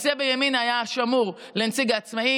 הכיסא בימינה היה שמור לנציג העצמאים,